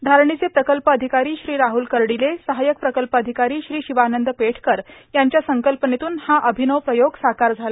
धारणीचे प्रकल्प अधिकारां श्री राहुल र्काडले सहायक प्रकल्प अधिकारां श्री शिवानंद पेठकर यांच्या संकल्पनेतून हा र्आभनव प्रयोग साकार झाला